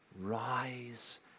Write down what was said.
rise